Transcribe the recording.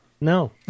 No